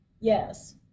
Yes